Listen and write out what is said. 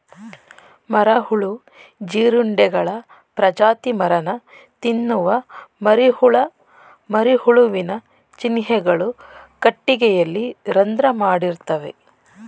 ಮರಹುಳು ಜೀರುಂಡೆಗಳ ಪ್ರಜಾತಿ ಮರನ ತಿನ್ನುವ ಮರಿಹುಳ ಮರಹುಳುವಿನ ಚಿಹ್ನೆಗಳು ಕಟ್ಟಿಗೆಯಲ್ಲಿ ರಂಧ್ರ ಮಾಡಿರ್ತವೆ